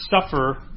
suffer